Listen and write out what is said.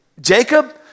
Jacob